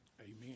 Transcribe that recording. Amen